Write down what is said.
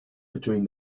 between